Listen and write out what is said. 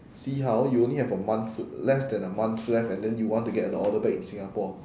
see how you only have a month uh less then a month left and then you want to get the order back in singapore